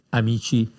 amici